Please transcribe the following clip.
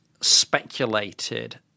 speculated